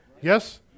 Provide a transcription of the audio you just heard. Yes